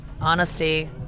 Honesty